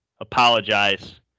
apologize